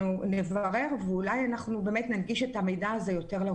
אנחנו נברר ואולי באמת ננגיש את המידע הזה יותר.